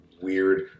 weird